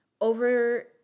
Over